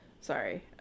sorry